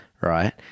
right